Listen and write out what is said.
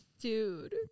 dude